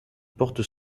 porte